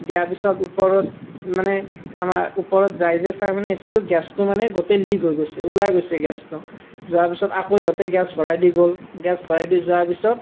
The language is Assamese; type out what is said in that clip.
দিয়াৰ পিছত ওপৰত মানে আমাৰ ওপৰত যাই যে চায় মানে এচিটো গেছটো মানে গোটেই লীক হৈ গৈছে ওলাই গৈছে গেছটো যোৱাৰ পিছত সিহঁতে আকৌ গেছ ভৰাই দি গ'ল গেছ ভৰাই দি যোৱাৰ পিছত